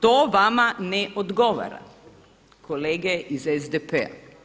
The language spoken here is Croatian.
To vama ne odgovara kolege iz SDP-a.